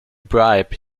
bribe